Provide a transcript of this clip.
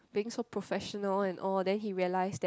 being so professional and all then he realise that